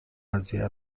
قضیه